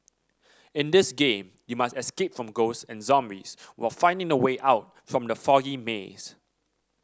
in this game you must escape from ghosts and zombies while finding the way out from the foggy maze